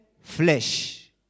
flesh